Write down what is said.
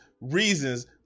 reasons